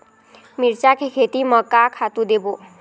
मिरचा के खेती म का खातू देबो?